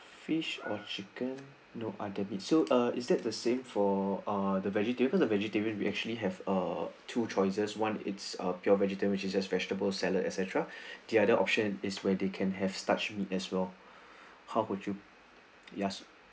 fish or chicken no other meat so uh is that the same for ah the vegetarian because the vegetarian we actually have err two choices one is pure vegetarian which is vegetable salad et cetera the other option is where they can have starch meat as well how would you yes